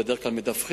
ובדרך כלל מדווחים,